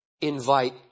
invite